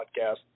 podcast